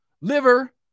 liver